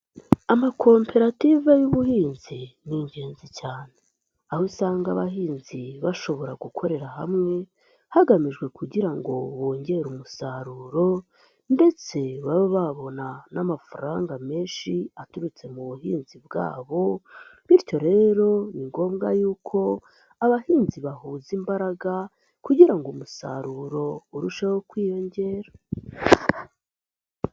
Amakoperative y'ubuhinzi ni ingenzi cyane aho usanga abahinzi bashobora gukorera hamwe, hagamijwe kugira ngo bongere umusaruro ndetse babe babona n'amafaranga menshi aturutse mu buhinzi bwabo, bityo rero ni ngombwa yuko abahinzi bahuza imbaraga kugira ngo umusaruro urusheho kwiyongera.